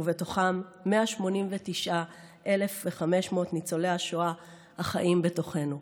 ובתוכם 189,500 ניצולי השואה החיים בתוכנו.